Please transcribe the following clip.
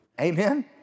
amen